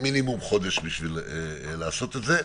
מינימום חודש בשביל לעשות את זה,